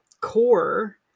core